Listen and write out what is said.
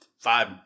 five